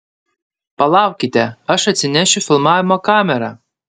palaukite aš atsinešiu filmavimo kamerą